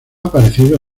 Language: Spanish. aparecido